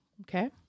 Okay